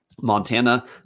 Montana